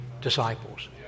disciples